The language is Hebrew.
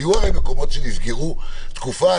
היו מקומות שנסגרו לתקופה,